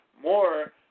more